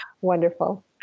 Wonderful